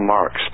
Marx